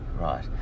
Right